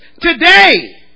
today